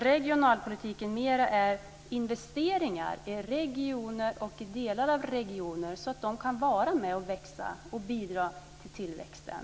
Regionalpolitiken är i stället mer av investeringar i regioner och delar av regioner så att de kan vara med och växa och bidra till tillväxten.